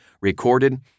recorded